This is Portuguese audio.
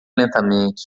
lentamente